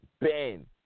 Ben